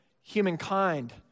humankind